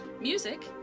Music